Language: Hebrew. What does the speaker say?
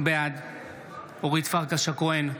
בעד אורית פרקש הכהן,